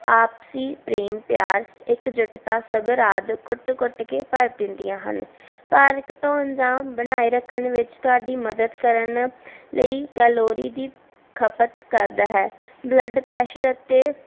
ਆਪਸੀ ਪ੍ਰੇਮ ਪਿਆਰ ਇੱਕਜੁੱਟਤਾ ਸਬਰ ਆਦਿ ਕੁੱਟ ਕੁੱਟ ਕੇ ਭਰ ਦਿੰਦੀਆਂ ਹਨ ਭਾਰ ਘਟਾਉਣ ਜਾਂ ਬਣਾਏ ਰੱਖਣ ਵਿੱਚ ਤੁਹਾਡੀ ਮਦਦ ਕਰਨ ਲਈ ਕੈਲੋਰੀ ਦੀ ਖਪਤ ਕਰਦਾ ਹੈ ਬਲੱਡ ਪ੍ਰੈਸ਼ਰ ਅਤੇ